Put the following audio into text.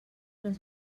les